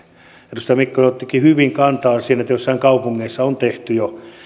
edustaja mikkonen ottikin hyvin kantaa siihen että joissain kaupungeissa on jo tehty